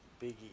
biggie